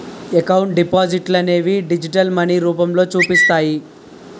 account డిపాజిట్లనేవి digital money రూపంలో చూపిస్తాయి